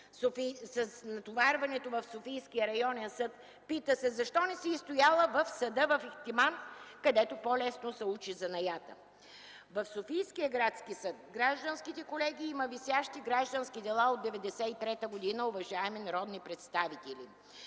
с натоварването в Софийския районен съд, се пита защо не си е стояла в Районния съд в Ихтиман, където по-лесно се учи занаятът! В Софийския градски съд, в гражданските колегии има висящи граждански дела от 1993 г., уважаеми народни представители.